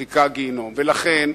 לכן,